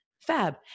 fab